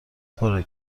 پره